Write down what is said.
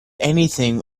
anything